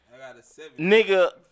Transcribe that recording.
nigga